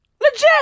Legit